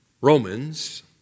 Romans